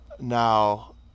Now